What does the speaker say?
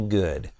good